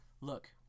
look